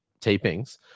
tapings